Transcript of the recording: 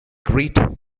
great